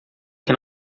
que